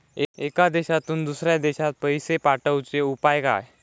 एका देशातून दुसऱ्या देशात पैसे पाठवचे उपाय काय?